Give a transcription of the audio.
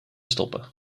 stoppen